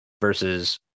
versus